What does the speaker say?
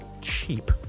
cheap